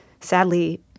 sadly